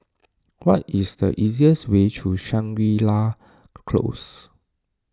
what is the easiest way to Shangri La Close